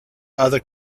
other